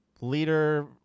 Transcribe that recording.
leader